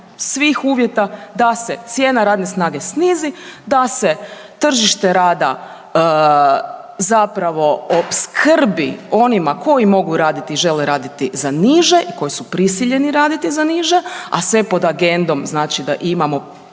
svih uvjeta da se cijena radne snage snizi, da se tržište rada zapravo opskrbi onima koji mogu raditi i žele raditi za niže i koji su prisiljeni raditi za niže, a sve pod agendom znači da imamo